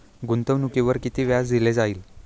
गुंतवणुकीवर किती टक्के व्याज दिले जाईल?